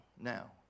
now